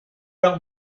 don’t